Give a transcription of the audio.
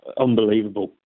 unbelievable